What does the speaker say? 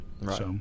right